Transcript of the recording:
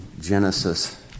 Genesis